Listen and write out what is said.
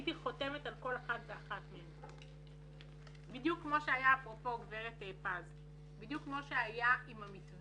הייתי חותמת על כל אחת ואחת מהן בדיוק כמו שהיה גברת פז - עם המתווה